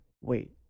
Wait